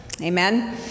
Amen